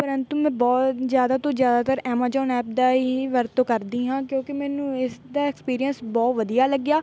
ਪਰੰਤੂ ਮੈਂ ਬਹੁਤ ਜ਼ਿਆਦਾ ਤੋਂ ਜ਼ਿਆਦਾਤਰ ਐਮਾਜੋਨ ਐਪ ਦਾ ਹੀ ਵਰਤੋਂ ਕਰਦੀ ਹਾਂ ਕਿਉਂਕਿ ਮੈਨੂੰ ਇਸ ਦਾ ਐਕਸਪੀਰੀਅੰਸ ਬਹੁਤ ਵਧੀਆ ਲੱਗਿਆ